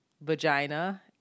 vagina